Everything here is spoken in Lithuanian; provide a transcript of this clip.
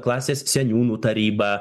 klasės seniūnų taryba